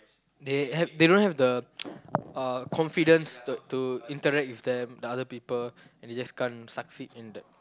they have they don't have the uh confidence to to interact with them the other people and they just can't succeed in that